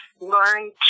learn